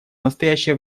настоящее